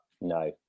No